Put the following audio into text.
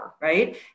right